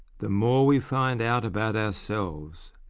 the more we find out about ourselves,